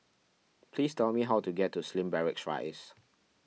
please tell me how to get to Slim Barracks Rise